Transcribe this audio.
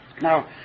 Now